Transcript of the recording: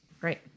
Great